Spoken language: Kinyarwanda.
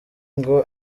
ngo